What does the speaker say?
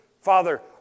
Father